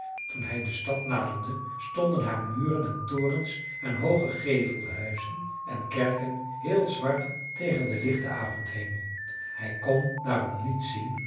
toen hij de stad naderde stonden haar muren en torens en hooge gevelhuizen en kerken heel zwart tegen den lichten avondhemel hij kon daarom niet zien